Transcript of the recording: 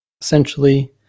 Essentially